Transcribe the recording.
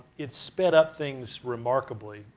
it's sped up things remarkably,